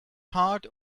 hard